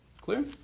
Clear